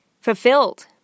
fulfilled